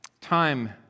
time